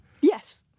Yes